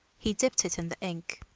he dipped it in the ink.